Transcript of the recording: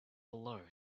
blow